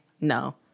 no